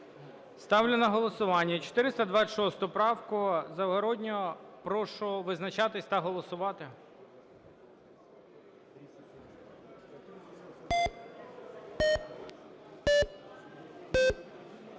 Ставлю на голосування 426 правку, Загороднього. Прошу визначатись та голосувати.